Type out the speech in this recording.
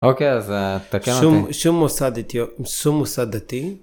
אוקיי אז תקן אותי. שום מוסד דתי.